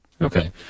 Okay